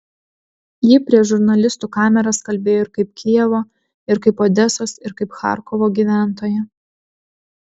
ji prieš žurnalistų kameras kalbėjo ir kaip kijevo ir kaip odesos ir kaip charkovo gyventoja